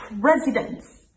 presidents